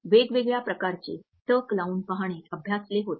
वेगवेगळ्या प्रकारचे टक लावून पाहणे अभ्यासले होते